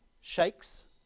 shakes